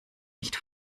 nicht